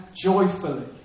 joyfully